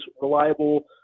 reliable